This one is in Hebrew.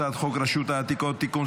הצעת חוק רשות העתיקות (תיקון,